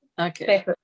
Okay